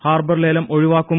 harbour ലേലം ഒഴിവാക്കും